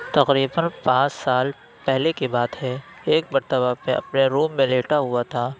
تقریباً پانچ سال پہلے کی بات ہے ایک مرتبہ میں اپنے روم میں لیٹا ہُوا تھا